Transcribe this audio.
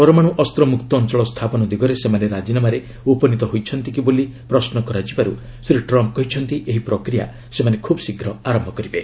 ପରମାଣୁ ଅସ୍ତ୍ର ମୁକ୍ତ ଅଞ୍ଚଳ ସ୍ଥାପନ ଦିଗରେ ସେମାନେ ରାଜିନାମାରେ ଉପନୀତ ହୋଇଛନ୍ତି କି ବୋଲି ପ୍ରଶ୍ମ ହେବାରୁ ଶ୍ରୀ ଟ୍ରମ୍ମ୍ କହିଛନ୍ତି ଏହି ପ୍ରକ୍ରିୟା ସେମାନେ ଖୁବ୍ଶୀଘ୍ର ଆରମ୍ଭ କରିବେ